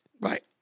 Right